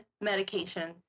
medication